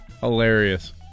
Hilarious